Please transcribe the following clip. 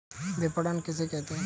विपणन किसे कहते हैं?